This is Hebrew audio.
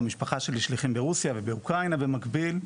המשפחה שלי שליחים ברוסיה ובאוקראינה במקביל,